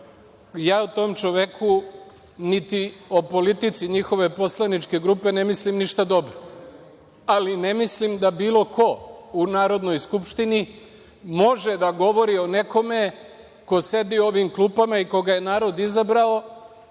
o tom čoveku, niti o politici njihove poslaničke grupe ne mislim ništa dobro, ali ne mislim da bilo ko u Narodnoj skupštini može da govori o nekom ko sedi u ovim klupama i koga je narod izabrao